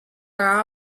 are